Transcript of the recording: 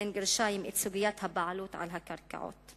"את סוגיית הבעלות על הקרקעות".